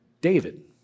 David